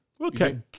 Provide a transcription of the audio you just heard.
Okay